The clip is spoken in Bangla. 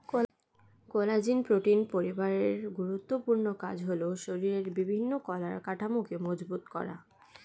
কোলাজেন প্রোটিন পরিবারের গুরুত্বপূর্ণ কাজ হলো শরীরের বিভিন্ন কলার কাঠামোকে মজবুত করা